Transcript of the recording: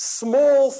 small